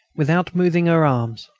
without moving her arms,